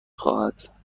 خواهد